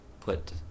put